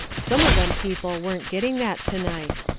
some of them people weren't getting that to-night.